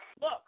look